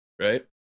right